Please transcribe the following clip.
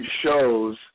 shows